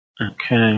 Okay